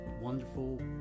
wonderful